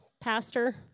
pastor